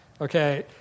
Okay